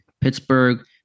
Pittsburgh